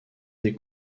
des